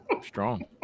Strong